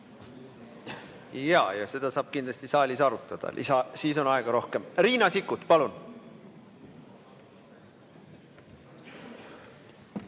Jaa, seda saab kindlasti saalis arutada, siis on aega rohkem. Riina Sikkut, palun!